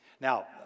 Now